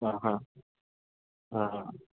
ആ ഹാ ആ ഹാ